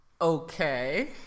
okay